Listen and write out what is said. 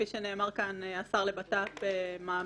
כפי שנאמר כאן, השר לבט"פ מאמין